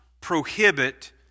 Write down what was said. prohibit